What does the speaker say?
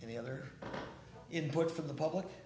any other input from the public